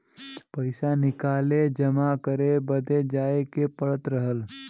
पइसा निकाले जमा करे बदे जाए के पड़त रहल